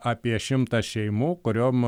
apie šimtą šeimų kuriom